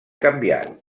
canviar